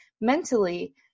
mentally